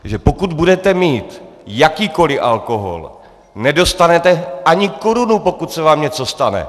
Že pokud budete mít jakýkoli alkohol, nedostanete ani korunu, pokud se vám něco stane.